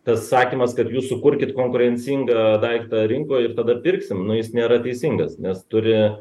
tas sakymas kas jūs sukurkit konkurencingą daiktą rinkoj ir tada pirksim nu jis nėra teisingas nes turi